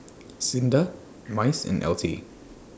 SINDA Mice and L T